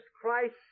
Christ